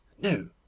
no